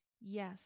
Yes